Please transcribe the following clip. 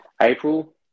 April